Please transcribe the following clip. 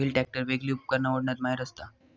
wheel tractor वेगली उपकरणा ओढण्यात माहिर असता